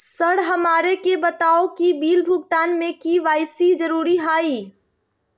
Sir हमरा के बताओ कि बिल भुगतान में के.वाई.सी जरूरी हाई?